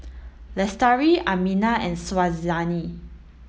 Lestari Aminah and